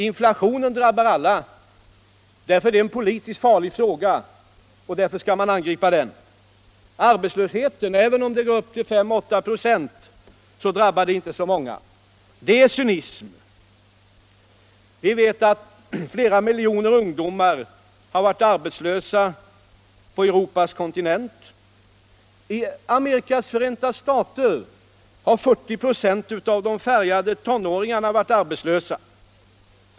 Inflationen drabbar alla, och därför är det en politiskt sett farlig fråga som man skall angripa. Arbetslösheten, även om den uppgår till 5-8 26, drabbar inte så många. Det är cynism. Vi vet att flera miljoner ungdomar har varit arbetslösa på Europas kontinent. I USA har 40 96 av de färgade tonåringarna varit arbetslösa.